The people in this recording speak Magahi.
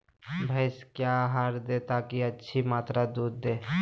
भैंस क्या आहार दे ताकि अधिक मात्रा दूध दे?